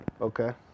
Okay